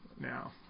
now